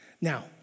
Now